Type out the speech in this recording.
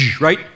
Right